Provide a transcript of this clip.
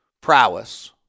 prowess